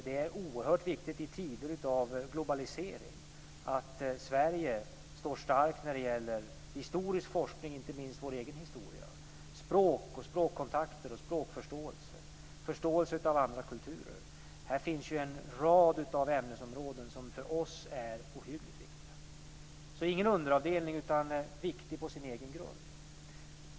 Det är oerhört i tider av globalisering att Sverige står starkt när det gäller historisk forskning av inte minst vår egen historia, språk, språkkontakter och språkförståelse, förståelse av andra kulturer. Här finns en rad av ämnesområden som för oss är ohyggligt viktiga. Så ingen underavdelning utan viktig på sin egen grund.